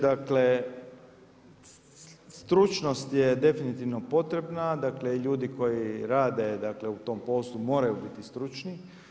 Dakle, stručnost je definitivno potrebna, dakle, ljudi koji rade dakle, u tom poslu, moraju biti stručni.